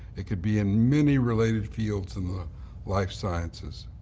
it could be in many related fields in the life sciences.